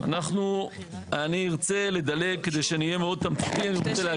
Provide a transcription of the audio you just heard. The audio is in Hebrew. אני רוצה לדלג, כדי שאני אהיה מאוד תמציתי.